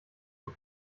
for